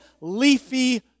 leafy